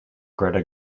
greta